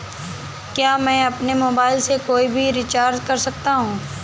क्या मैं अपने मोबाइल से कोई भी रिचार्ज कर सकता हूँ?